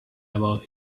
about